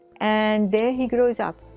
and there he grows up